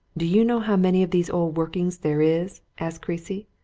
do you know how many of these old workings there is? asked creasy.